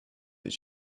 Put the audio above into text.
that